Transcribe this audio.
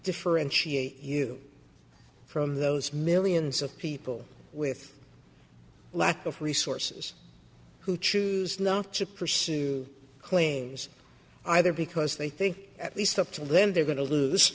differentiate you from those millions of people with lack of resources who choose not to pursue claims either because they think at least up to then they're going to lose